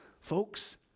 Folks